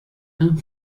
and